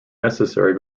necessary